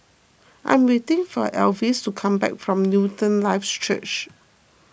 I'm waiting for Elvis to come back from Newton lives Church